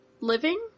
living